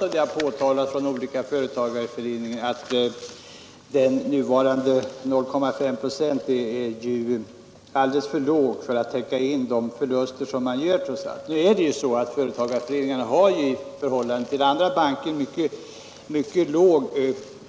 Som kommerskollegium och olika företagarföreningar erinrat om är 0,5 procent, som nu utgår, alldeles för litet för att täcka de förluster som man trots allt gör. Företagarföreningarna har dock i förhållande till vanliga banker inte